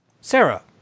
sarah